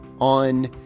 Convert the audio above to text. on